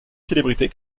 célébrité